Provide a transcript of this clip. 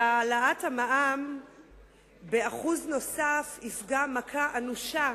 והעלאת המע"מ ב-1% נוסף תפגע מכה אנושה